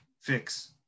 fix